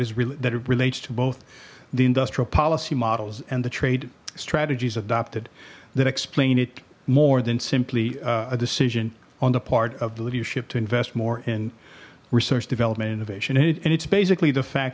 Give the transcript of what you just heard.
is really that it relates to both the industrial policy models and the trade strategies adopted that explain it more than simply a decision on the part of the leadership to invest more in research development innovation and it's basically the fact